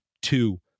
two